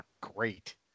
great